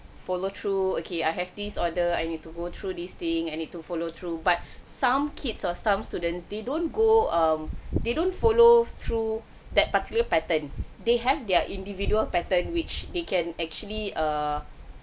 follow through okay I have this order I need to go through this thing I need to follow through but some kids or some students they don't go um they don't follow through that particular pattern they have their individual pattern which they can actually err